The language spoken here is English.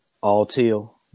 All-teal